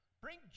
Bring